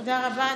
תודה רבה.